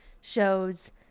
shows